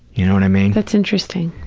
you know what i mean. that's interesting.